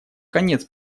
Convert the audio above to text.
конец